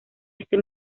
este